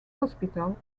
hospital